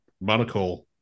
Monaco